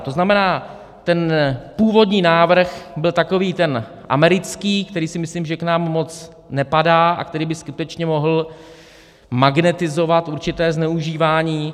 To znamená: ten původní návrh byl takový ten americký, který myslím k nám moc nepadá a který by skutečně mohl magnetizovat určité zneužívání.